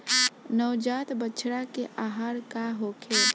नवजात बछड़ा के आहार का होखे?